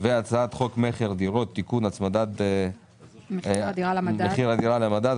(3) הצעת חוק המכר (דירות) (תיקון הצמדת מחיר הדירה למדד),